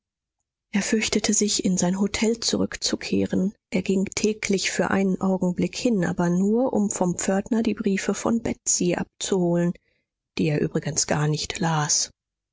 er fürchtete sich in sein hotel zurückzukehren er ging täglich für einen augenblick hin aber nur um vom pförtner die briefe von betsy abzuholen die er übrigens gar nicht las